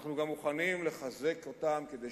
אנחנו גם מוכנים לחזק אותם כדי